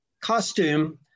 costume